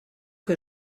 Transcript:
que